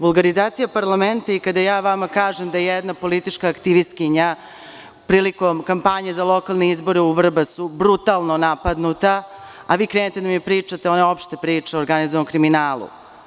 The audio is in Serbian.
Vulgarizacija parlamenta i kada ja vama kažem da je jedna politička aktivistkinja prilikom kampanje za lokalne izbore u Vrbasu brutalno napadnuta, a vi krenete da mi pričate one opšte priče o organizovanom kriminalu.